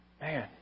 Man